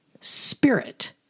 spirit